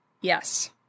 Yes